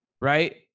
Right